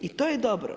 I to je dobro.